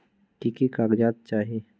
की की कागज़ात चाही?